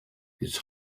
his